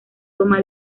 toma